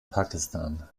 pakistan